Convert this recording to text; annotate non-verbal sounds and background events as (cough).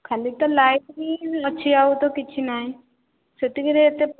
ଖାଲି ତ ଲାଇଟ୍ (unintelligible) ଅଛି ଆଉ ତ କିଛି ନାହିଁ ସେତିକିରେ ଏତେ